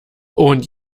und